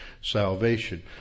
salvation